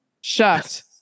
Shut